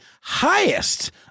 highest